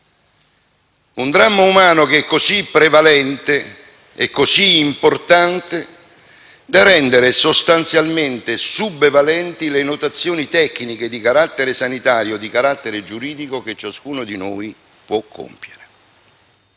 un dramma umano così prevalente e importante da rendere sostanzialmente subvalenti le notazioni tecniche di carattere sanitario e giuridico che ciascuno di noi può compiere.